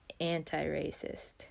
anti-racist